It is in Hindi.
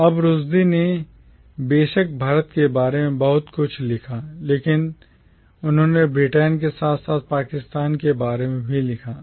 अब रुश्दी ने बेशक भारत के बारे में बहुत कुछ लिखा है लेकिन उन्होंने ब्रिटेन के साथ साथ पाकिस्तान के बारे में भी लिखा है